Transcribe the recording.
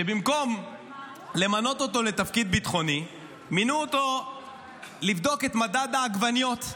שבמקום למנות אותו לתפקיד ביטחוני מינו אותו לבדוק את מדד העגבניות.